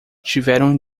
tiveram